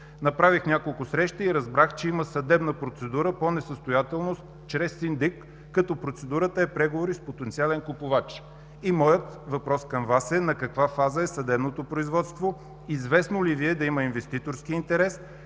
Направих няколко срещи и разбрах, че има съдебна процедура по несъстоятелност чрез синдик, като процедурата е преговори с потенциален купувач. И моят въпрос към Вас е: на каква фаза е съдебното производство? Известно ли Ви е да има инвеститорски интерес?